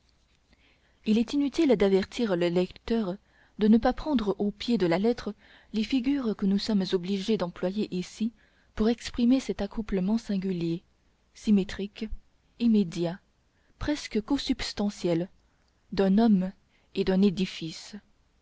il est inutile d'avertir le lecteur de ne pas prendre au pied de la lettre les figures que nous sommes obligé d'employer ici pour exprimer cet accouplement singulier symétrique immédiat presque co substantiel d'un homme et d'un édifice